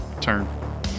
turn